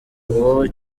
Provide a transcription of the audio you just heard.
ngo